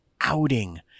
outing